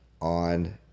on